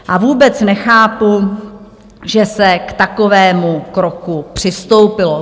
A vůbec nechápu, že se k takovému kroku přistoupilo.